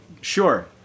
Sure